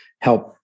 help